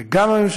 זה גם הממשלה,